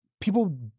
people